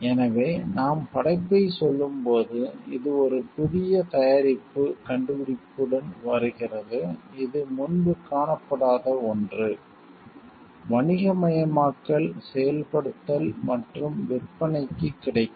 எனவே நாம் படைப்பைச் சொல்லும்போது இது ஒரு புதிய தயாரிப்பு கண்டுபிடிப்புடன் வருகிறது இது முன்பு காணப்படாத ஒன்று வணிகமயமாக்கல் செயல்படுத்தல் மற்றும் விற்பனைக்கு கிடைக்கும்